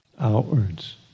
Outwards